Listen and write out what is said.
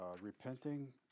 repenting